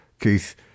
Keith